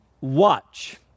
watch